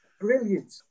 Brilliant